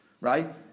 right